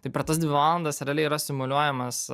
tai per tas dvi valandas realiai yra simuliuojamas